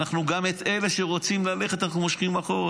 גם את אלה שרוצים ללכת אנחנו מושכים אחורה.